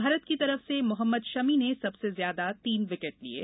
भारत की तरफ से मोहम्मद शमी ने सबसे ज्यादा तीन विकेट लिये